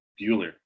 Bueller